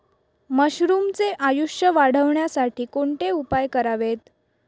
मशरुमचे आयुष्य वाढवण्यासाठी कोणते उपाय करावेत?